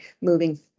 moving